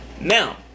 Now